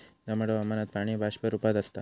दमट हवामानात पाणी बाष्प रूपात आसता